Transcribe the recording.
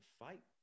fight